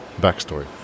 backstory